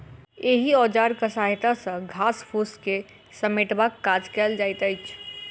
एहि औजारक सहायता सॅ घास फूस के समेटबाक काज कयल जाइत अछि